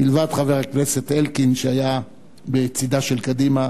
מלבד חבר הכנסת אלקין שהיה בצדה של קדימה,